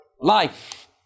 life